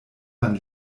man